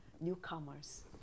newcomers